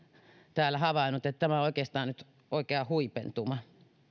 täällä havainnut tämä on oikeastaan nyt oikea huipentuma